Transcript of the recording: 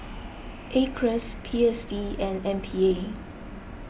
Acres P S D and M P A